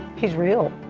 he's real.